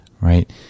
Right